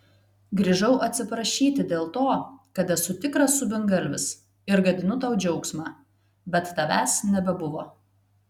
grįžau atsiprašyti dėl to kad esu tikras subingalvis ir gadinu tau džiaugsmą bet tavęs nebebuvo